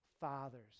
fathers